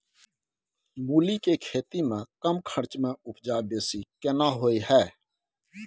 मूली के खेती में कम खर्च में उपजा बेसी केना होय है?